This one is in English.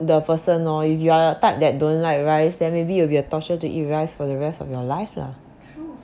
the person lor if you are a type that don't like rice then maybe it will be a torture to eat rice for the rest of your life lah